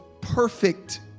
perfect